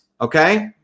Okay